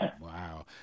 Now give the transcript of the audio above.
Wow